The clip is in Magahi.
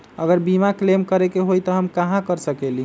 अगर बीमा क्लेम करे के होई त हम कहा कर सकेली?